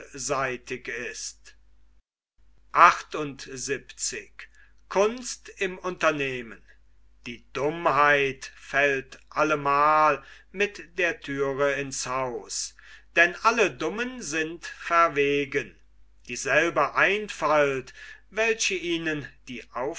ist die dummheit fällt allemal mit der thüre ins haus denn alle dummen sind verwegen dieselbe einfalt welche ihnen die